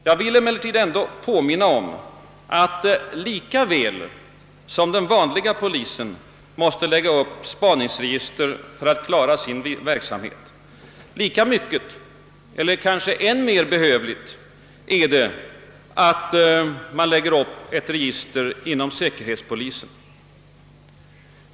Jag vill emellertid ändå påminna om att lika väl som den vanliga polisen måste lägga upp spaningsregister för att klara sin verksamhet, lika väl eller kanske än mer behövligt är det att lägga upp register inom säkerhetspolisen.